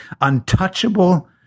untouchable